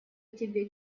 тебе